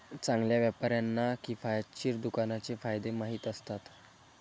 चांगल्या व्यापाऱ्यांना किफायतशीर दुकानाचे फायदे माहीत असतात